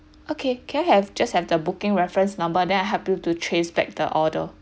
okay can I have just have the booking reference number then I help you to trace back the order